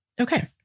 okay